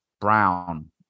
Brown